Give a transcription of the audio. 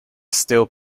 still